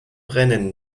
brennen